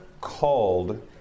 called